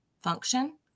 function